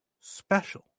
Special